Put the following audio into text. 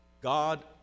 God